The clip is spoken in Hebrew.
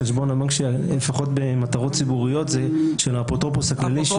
חשבון הבנק לפחות במטרות ציבוריות זה של האפוטרופוס הכללי,